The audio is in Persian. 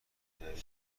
داری